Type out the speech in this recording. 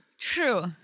True